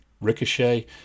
Ricochet